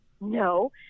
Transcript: no